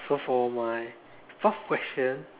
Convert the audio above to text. so for my fourth question